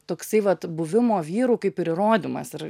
toksai vat buvimo vyru kaip ir įrodymas ir